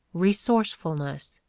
resourcefulness.